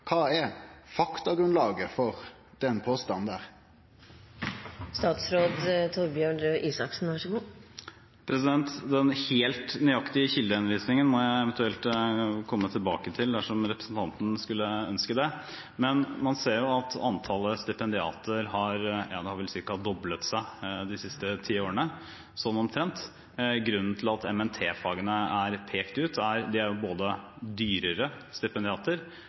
Kva er faktagrunnlaget for den påstanden? Den helt nøyaktige kildehenvisningen må jeg eventuelt komme tilbake til dersom representanten skulle ønske det, men man ser jo at antallet stipendiater har doblet seg de siste ti årene, sånn omtrent. Grunnen til at MNT-fagene er pekt ut, er jo at det er